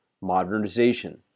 modernization